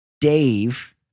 Dave